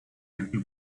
until